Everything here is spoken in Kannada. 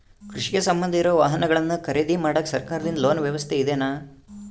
ಕೃಷಿಗೆ ಸಂಬಂಧ ಇರೊ ವಾಹನಗಳನ್ನು ಖರೇದಿ ಮಾಡಾಕ ಸರಕಾರದಿಂದ ಲೋನ್ ವ್ಯವಸ್ಥೆ ಇದೆನಾ?